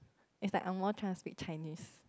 is like Ang-Mo transcript Chinese